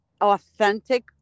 authentic